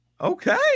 Okay